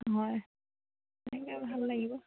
হয় সেনেকে ভাল লাগিব